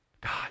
God